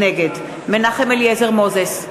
נגד מנחם אליעזר מוזס,